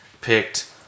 picked